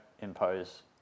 impose